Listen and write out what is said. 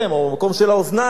או במקום של האוזניים,